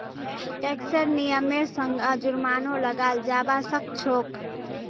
टैक्सेर नियमेर संगअ जुर्मानो लगाल जाबा सखछोक